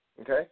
okay